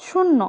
শূন্য